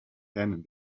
can